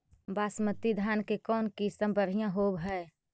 बासमती धान के कौन किसम बँढ़िया होब है?